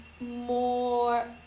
more